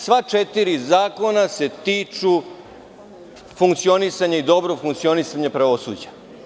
Sva četiri zakona se tiču funkcionisanja i dobrog funkcionisanja pravosuđa.